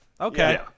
Okay